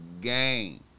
game